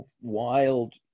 wild